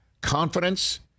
confidence